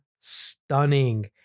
stunning